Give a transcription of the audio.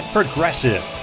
Progressive